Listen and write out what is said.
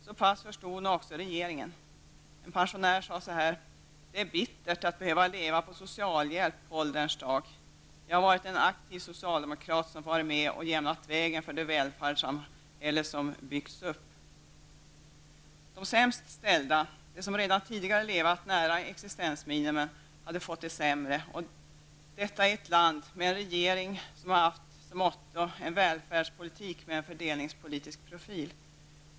Så pass förstod nog också regeringen. En pensionär sade så här: ''Det är bittert att behöva leva på socialhjälp på ålderns dag. Jag har varit en aktiv socialdemokrat som har varit med och jämnat vägen för det välfärdssamhälle som byggts upp.'' De sämst ställda, de som redan tidigare levt nära existensminimum, hade fått det sämre och detta i ett land med en regering som har haft som måtto en välfärdspolitik med en fördelningspolitisk profil.